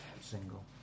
single